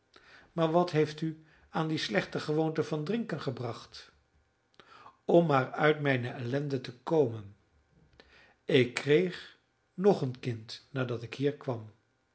maar wat heeft u aan die slechte gewoonte van drinken gebracht om maar uit mijne ellende te komen ik kreeg nog een kind nadat ik hier kwam